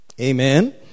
Amen